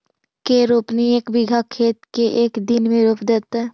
के रोपनी एक बिघा खेत के एक दिन में रोप देतै?